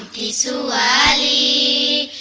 e so e